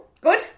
Good